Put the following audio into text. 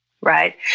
right